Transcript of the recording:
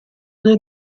del